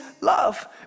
love